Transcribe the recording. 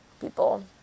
people